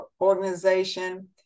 organization